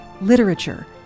literature